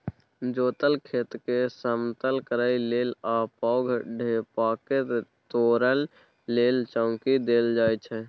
जोतल खेतकेँ समतल करय लेल आ पैघ ढेपाकेँ तोरय लेल चौंकी देल जाइ छै